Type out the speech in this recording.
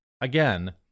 again